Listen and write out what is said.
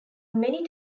many